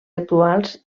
actuals